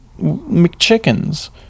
McChickens